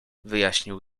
wyjaśnił